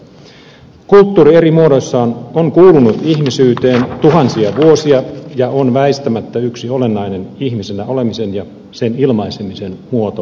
kulttuuri eri muodoissaan on kuulunut ihmisyyteen tuhansia vuosia ja on väistämättä yksi olennainen ihmisenä olemisen ja sen ilmaisemisen muoto ja väline